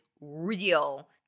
real